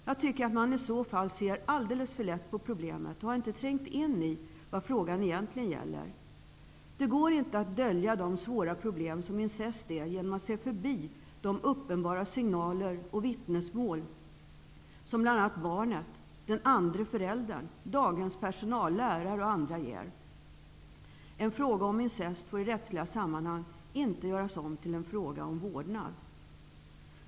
Jag tycker att man i så fall ser alldeles för lätt på problemet och inte har trängt in i vad frågan egentligen gäller. Det går inte att dölja de svåra problem som incest innebär genom att se förbi de uppenbara signaler och vittnesmål som bl.a. barnet, den andre föräldern, daghemspersonal, lärare och andra ger. En fråga om incest får i rättsliga sammanhang inte göras om till en fråga om vårdnad.